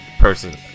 person